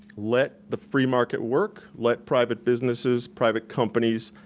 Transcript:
let the free market work, let private businesses, private companies,